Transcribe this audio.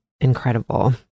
incredible